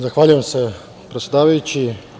Zahvaljujem se predsedavajući.